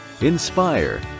inspire